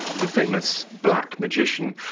the famous black magician,